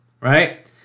Right